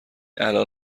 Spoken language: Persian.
الان